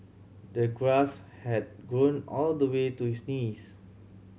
the grass had grown all the way to his knees